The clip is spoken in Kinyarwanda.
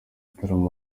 gitaramo